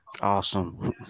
Awesome